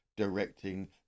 directing